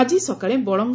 ଆଜି ସକାଳେ ବଳଙ୍ଗ